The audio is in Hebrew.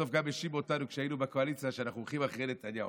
בסוף גם האשימו אותנו כשהיינו בקואליציה שאנחנו הולכים אחרי נתניהו.